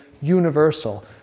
universal